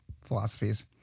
philosophies